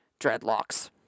dreadlocks